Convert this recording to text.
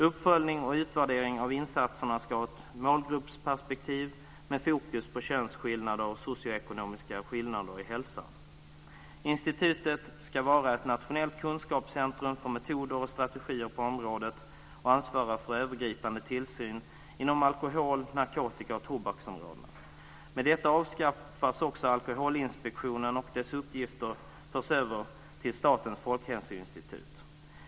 Uppföljning och utvärdering av insatserna ska ha ett målgruppsperspektiv med fokus på könsskillnader och socioekonomiska skillnader i hälsa. Institutet ska vara ett nationellt kunskapscentrum för metoder och strategier på området och ska ansvara för övergripande tillsyn inom alkohol-, narkotika och tobaksområdena. Med detta avskaffas också Alkoholinspektionen, och dess uppgifter förs över till Statens folkhälsoinstitut.